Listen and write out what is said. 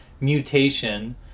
mutation